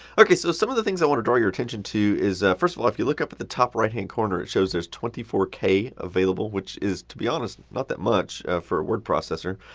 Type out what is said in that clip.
ok, so some of the things i want to draw your attention to is first of all, if you look up at the top right hand corner it shows there's twenty four k available. which is, to be honest, not that much for a word processor.